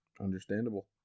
Understandable